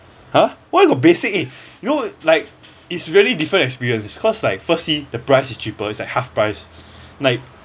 !huh! why got basic eh you know like it's really different experience is cause like firstly the price is cheaper is like half price like